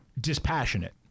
dispassionate